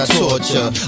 torture